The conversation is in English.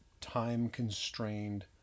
time-constrained